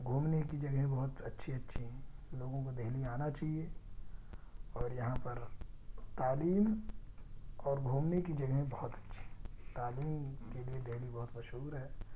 گھومنے کی جگہ بہت اچھی اچھی ہیں لوگوں کو دہلی آنا چاہیے اور یہاں پر تعلیم اور گھومنے کی جگہیں بہت اچھی تعلیم کے لیے دہلی بہت مشہور ہے